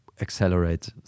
accelerate